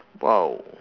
!wow!